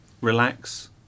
relax